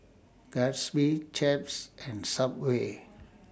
Gatsby Chaps and Subway